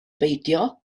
beidio